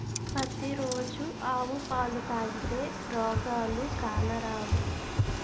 పతి రోజు ఆవు పాలు తాగితే రోగాలు కానరావు